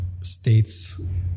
states